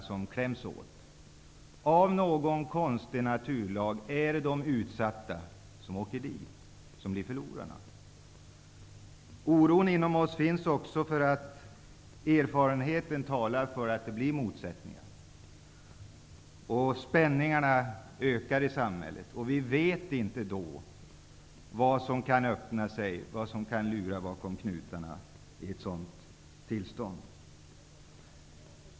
Som av någon konstig naturlag är det de utsatta som åker dit och som blir förlorare. Vi känner också oro därför att erfarenheten talar för att det blir motsättningar. Spänningarna ökar i samhället. Vi vet inte vad som kan lura bakom knutarna i ett sådant tillstånd.